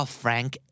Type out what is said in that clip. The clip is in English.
frank